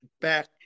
back